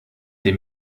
dem